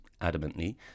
adamantly